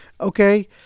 okay